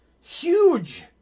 Huge